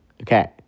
Okay